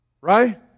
Right